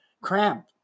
cramp